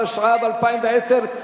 התשע"ב 2012,